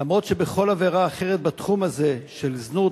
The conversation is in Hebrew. אף שבכל עבירה אחרת בתחום הזה של זנות